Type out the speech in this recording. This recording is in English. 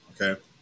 okay